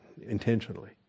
intentionally